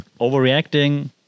overreacting